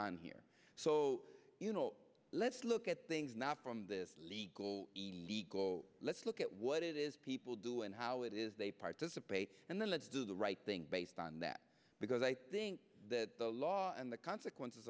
on here so you know let's look at things not from this let's look at what it is people do and how it is they participate and then let's do the right thing based on that because i think that the law and the consequences